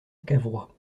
cavrois